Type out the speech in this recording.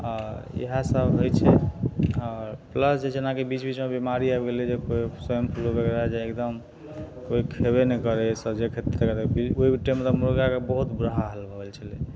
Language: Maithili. इएह सब होइ छै आओर प्लस जेनाकि बीच बीच मे बीमारी आबि गेलय जे कोइ स्वाइन फ्लू वगैरह जे एकदम कोइ खेबे नहि करय सब जे खेत करतइ ओइ टाइममे तऽ मुर्गाके बहुत बुरा हाल भऽ गेल छलै